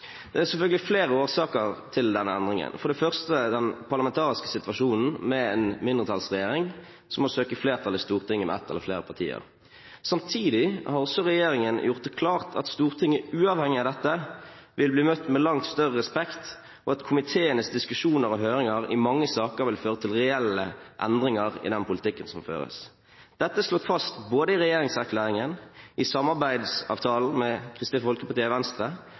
Det er selvfølgelig flere årsaker til denne endringen, for det første den parlamentariske situasjonen med en mindretallsregjering, som må søke flertall i Stortinget med ett eller flere partier. Samtidig har også regjeringen gjort det klart at Stortinget uavhengig av dette vil bli møtt med langt større respekt, og at komiteenes diskusjoner og høringer i mange saker vil føre til reelle endringer i den politikken som føres. Dette er slått fast både i regjeringserklæringen, i samarbeidsavtalen med Kristelig Folkeparti og Venstre